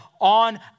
on